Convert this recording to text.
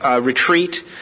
retreat